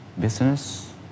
business